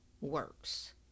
works